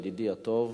ידידי הטוב.